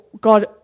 God